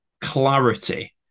clarity